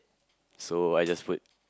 so I just put